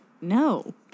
no